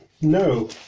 No